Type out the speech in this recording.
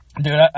Dude